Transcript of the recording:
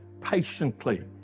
patiently